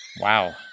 Wow